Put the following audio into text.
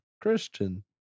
Christian